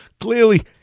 clearly